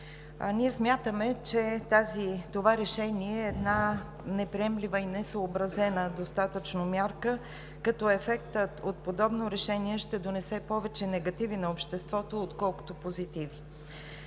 Ние смятаме, че това решение е неприемливо и несъобразена достатъчно мярка, като ефектът от подобно решение ще донесе повече негативи на обществото, отколкото позитиви.